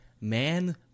Man